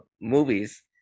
movies